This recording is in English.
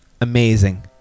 amazing